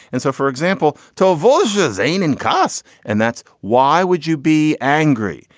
and so, for example, tell voges aine and costs and that's why would you be angry?